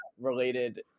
related